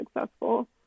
successful